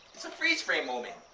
it's a freeze frame moment.